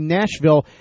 Nashville